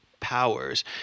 powers